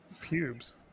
pubes